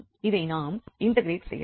இதை நாம் இண்டெக்ரெட் செய்யலாம்